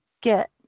get